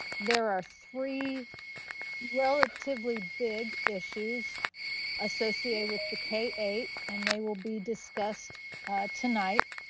there are three relatively big issues associated with the k eight and they will be discussed tonight.